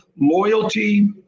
loyalty